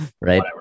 Right